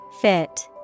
Fit